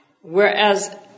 Whereas